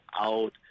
out